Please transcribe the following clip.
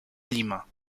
aliments